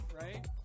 right